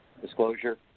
disclosure